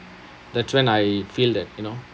the trend I feel that you know